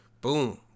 boom